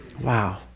Wow